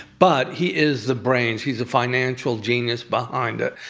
but he is the brains. he's the financial genius behind it.